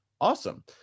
Awesome